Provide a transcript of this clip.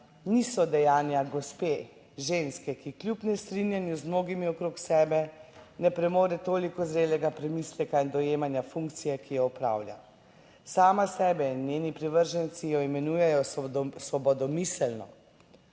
niso dejanja gospe, ženske, ki kljub nestrinjanju z mnogimi okrog sebe, ne premore toliko zrelega premisleka in dojemanja funkcije, ki jo opravlja. Sama sebe in njeni privrženci jo imenujejo svobodomiselno.